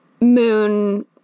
moon